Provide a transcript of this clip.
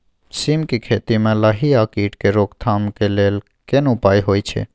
सीम के खेती म लाही आ कीट के रोक थाम के लेल केना उपाय होय छै?